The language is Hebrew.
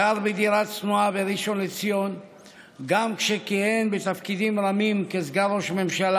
גר בדירה צנועה בראשון לציון גם כשכיהן בתפקידים רמים כסגן ראש ממשלה